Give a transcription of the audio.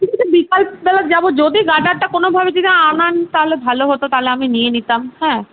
বিকালবেলা যাবো যদি গাডারটা কোনোভাবে যদি আনান তাহলে ভালো হত তাহলে আমি নিয়ে নিতাম হ্যাঁ